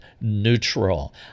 neutral